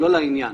לא לעניין".